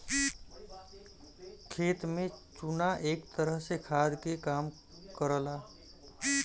खेत में चुना एक तरह से खाद के काम करला